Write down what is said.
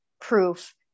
proof